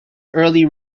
early